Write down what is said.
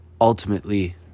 ultimately